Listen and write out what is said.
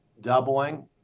doubling